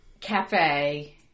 cafe